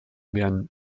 werden